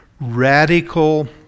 radical